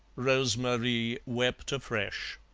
rose-marie wept afresh.